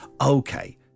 okay